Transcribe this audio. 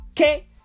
Okay